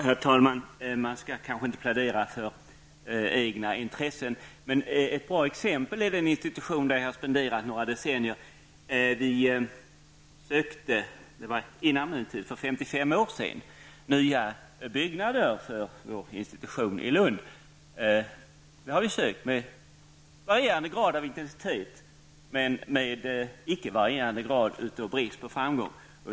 Herr talman! Man skall kanske inte plädera för egna intressen, men ett bra exempel i detta sammanhang är vad som har skett på den institution där jag har spenderat några decennier. Institutionen ansökte före min tid, för 55 år sedan, om nya byggnader i Lund. Nu har vi under 55 år ansökt om detta, med varierande grad av intensitet men utan någon variation i fråga om bristen på framgång.